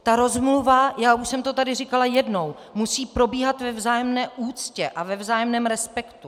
Ta rozmluva já už jsem to tady říkala jednou musí probíhat ve vzájemné úctě a ve vzájemném respektu.